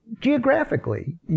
Geographically